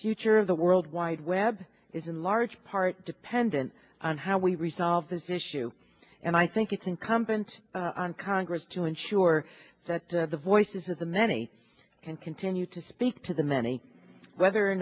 future of the world wide web is in large part dependent on how we resolve this issue and i think it's incumbent on congress to ensure that the voices of the many and continue to speak to the many whether or